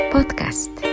Podcast